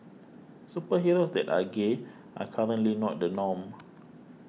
superheroes that are gay are currently not the norm